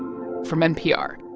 from npr